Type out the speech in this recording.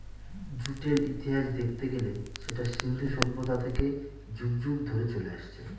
জুটের ইতিহাস দেখতে গেলে সেটা সিন্ধু সভ্যতা থেকে যুগ যুগ ধরে চলে আসছে